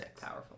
powerful